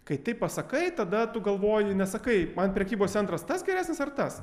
kai tai pasakai tada tu galvoji nesakai man prekybos centras tas geresnis ar tas